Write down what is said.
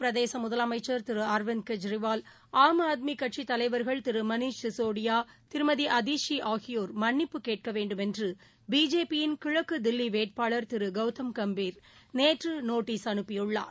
பிரதேச முதலமைச்சர் திரு அரவிந்த் கெஜ்ரிவால் ஆம் ஆத்மி கட்சித் தலைநகர் தில்லி தலைவர்கள் திரு மணீஷ் சிகோடியா திருமதி அதீஷி ஆகியோர் மன்ளிப்பு கேட்க வேண்டும் என்று பிஜேபியின் கிழக்கு தில்லி வேட்பாளர் திரு கவுதம் கம்பீர் நேற்று நோட்டீஸ் அனுப்பியுள்ளார்